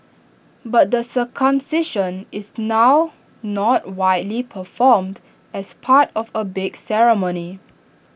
but the circumcision is now not widely performed as part of A big ceremony